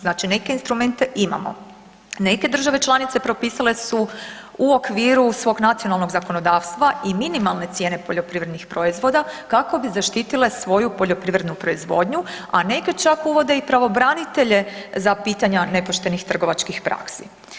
Znači neke instrumente imamo, neke država članice propisale su u okviru svog nacionalnog zakonodavstva i minimalne cijene poljoprivrednih proizvoda kako bi zaštitile svoju poljoprivrednu proizvodnju, a neke čak uvode i pravobranitelje za pitanja nepoštenih trgovačkih praksi.